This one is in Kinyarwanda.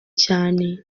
cyane